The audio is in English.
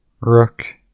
rook